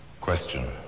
Question